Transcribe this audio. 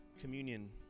communion